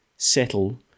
settle